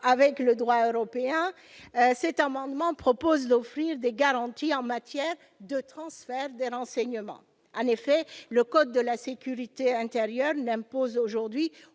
avec le droit européen, cet amendement tend à offrir des garanties en matière de transfert des renseignements. En effet, le code de la sécurité intérieure n'impose aujourd'hui